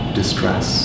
distress